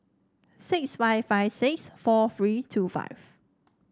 six five five six four three two five